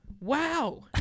wow